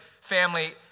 family